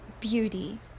beauty